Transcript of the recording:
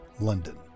London